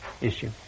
issue